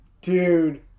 dude